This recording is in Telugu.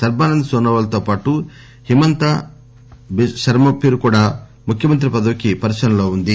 సర్భానంద్ సోనోవాల్ తో పాటు హిమంతా శర్మ పేరు కూడా ముఖ్యమంత్రి పదవికి పరిశీలనలో ఉంది